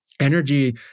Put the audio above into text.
energy